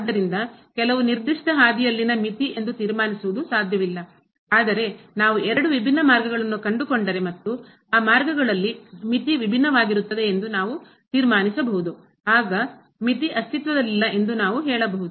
ಆದ್ದರಿಂದ ಕೆಲವು ನಿರ್ದಿಷ್ಟ ಹಾದಿಯಲ್ಲಿನ ಮಿತಿ ಎಂದು ತೀರ್ಮಾನಿಸುವುದು ಸಾಧ್ಯವಿಲ್ಲ ಆದರೆ ನಾವು ಎರಡು ವಿಭಿನ್ನ ಮಾರ್ಗಗಳನ್ನು ಕಂಡುಕೊಂಡರೆ ಮತ್ತು ಆ ಮಾರ್ಗಗಳಲ್ಲಿ ಮಿತಿ ವಿಭಿನ್ನವಾಗಿರುತ್ತದೆ ಎಂದು ನಾವು ತೀರ್ಮಾನಿಸಬಹುದು ಆಗ ಮಿತಿ ಅಸ್ತಿತ್ವದಲ್ಲಿಲ್ಲ ಎಂದು ನಾವು ಹೇಳಬಹುದು